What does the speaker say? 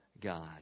god